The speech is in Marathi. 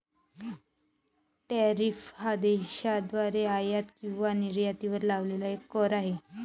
टॅरिफ हा देशाद्वारे आयात किंवा निर्यातीवर लावलेला कर आहे